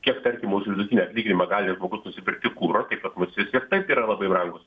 kiek tarkim mūsų vidutinį atlyginimą gali žmogus nusipirkti kuro pas mus jis ir taip yra labai brangus